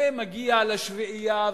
ומגיע לשביעייה,